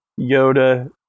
Yoda